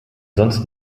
sonst